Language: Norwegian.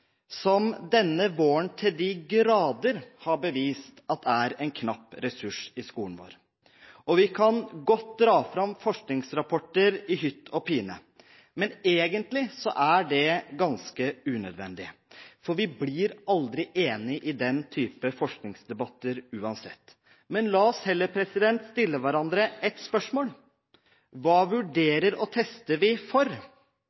som denne våren til de grader har bevist er en knapp ressurs i skolen vår. Og vi kan godt dra fram forskningsrapporter i hytt og pine, men egentlig er det ganske unødvendig, for vi blir aldri enige i den type forskningsdebatter, uansett. La oss heller stille hverandre ett spørsmål: Hva vurderer og tester vi for?